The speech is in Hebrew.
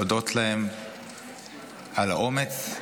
להודות להם על האומץ,